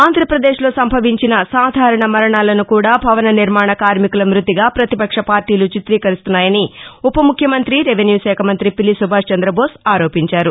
ఆంధ్రప్రదేశ్ లో సంభవించిన సాధారణ మరణాలను కూడా భవన నిర్మాణ కార్మికుల మ్బతిగా ప్రపతిపక్ష పార్షీలు చిత్రీకరిస్తున్నాయని ఉపముఖ్యమంతి రెవెన్యూ శాఖ మంతి పిల్లి సుభాష్ చంద్రబోస్ ఆరోపించారు